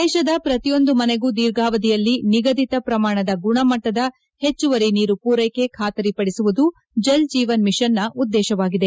ದೇಶದ ಪ್ರತಿಯೊಂದು ಮನೆಗೂ ದೀರ್ಘಾವಧಿಯಲ್ಲಿ ನಿಗದಿತ ಪ್ರಮಾಣದ ಗುಣಮಟ್ಟದ ಹೆಚ್ಚುವರಿ ನೀರು ಪೂರೈಕೆ ಬಾತರಿಪಡಿಸುವುದು ಜಲ್ಜೇವನ್ ಮಿಷನ್ನ ಉದ್ದೇತವಾಗಿದೆ